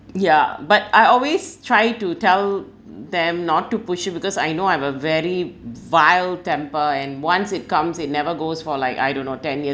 ya but I always try to tell them not to push it because I know I have a very vile temper and once it comes it never goes for like I don't know ten years